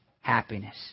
happiness